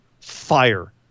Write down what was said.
fire